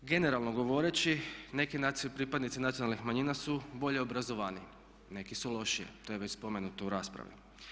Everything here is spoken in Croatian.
Generalno govoreći neki pripadnici nacionalnih manjina su bolje obrazovaniji, neki su lošije, to je već spomenuto u raspravi.